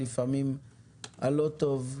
לפעמים הלא טוב,